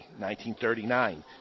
1939